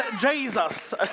Jesus